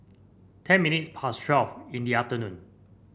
ten minutes past twelve in the afternoon